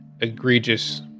egregious